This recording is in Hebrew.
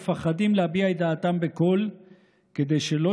מפחדים להביע את דעתם בקול כדי שלא